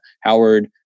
Howard